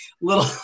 little